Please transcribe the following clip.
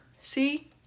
See